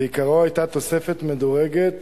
ועיקרו היה תוספת מדורגת